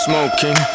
Smoking